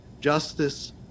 justice